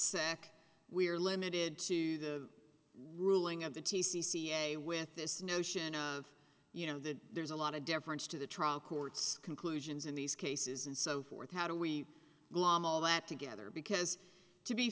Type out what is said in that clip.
sec we're limited to the ruling of the t c c a with this notion of you know that there's a lot of deference to the trial court's conclusions in these cases and so forth how do we glom all that together because to be